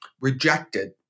rejected